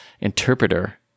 interpreter